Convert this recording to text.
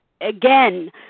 Again